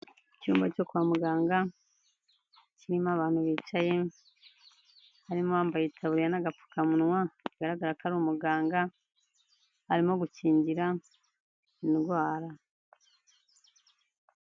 Icyumba cyo kwa muganga kirimo abantu bicaye harimo uwambaye itaburiya n'agapfukamunwa, bigaragara ko ari umuganga arimo gukingira indwara.